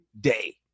day